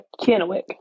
Kennewick